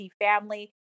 family